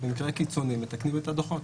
במקרה קיצוני מתקנים את הדוחות.